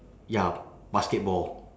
ya basketball